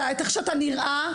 איך שאתה נראה,